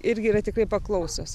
irgi yra tikrai paklausios